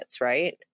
right